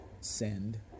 send